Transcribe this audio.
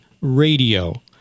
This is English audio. Radio